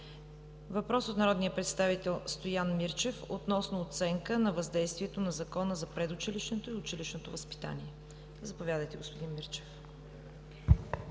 е от народния представител Стоян Мирчев относно оценка на въздействието на Закона за предучилищното и училищното образование. Заповядайте, господин Мирчев.